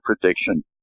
prediction